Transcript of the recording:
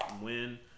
win